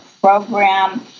program